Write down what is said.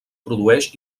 produeix